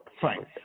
Fine